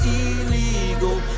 illegal